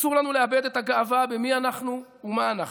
אסור לנו לאבד את הגאווה במי אנחנו ומה אנחנו,